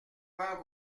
pas